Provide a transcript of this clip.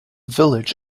village